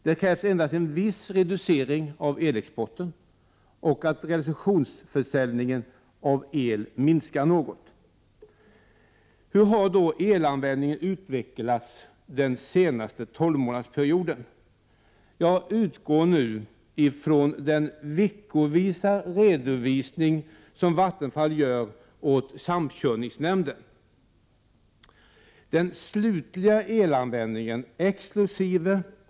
Det krävs endast en viss reducering av elexporten och att realisationsförsäljningen av el minskar något. Hur har då elanvändningen utvecklats den senaste tolvmånadersperioden? Jag utgår nu från den redovisning veckovis som Vattenfall gör åt samkörningsnämnden. Den slutliga elanvändningen exkl.